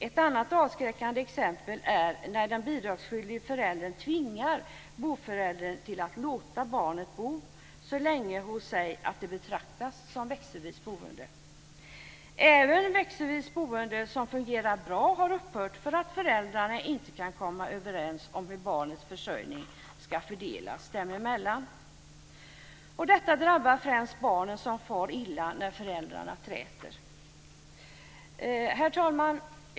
Ett annat avskräckande exempel är när den bidragsskyldige föräldern tvingar boföräldern till att låta barnet bo så länge hos sig att det betraktas som växelvis boende. Även växelvis boende som fungerat bra har upphört på grund av att föräldrarna inte kan komma överens om hur barnens försörjning ska fördelas dem emellan. Detta drabbar främst barnen som far illa när föräldrarna träter. Herr talman!